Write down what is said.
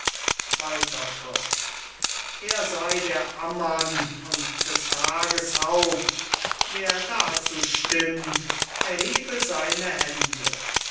er sei der ammann und des tages haupt wer dazu stimmt erhebe seine hände